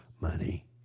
money